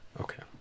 Okay